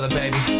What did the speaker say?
baby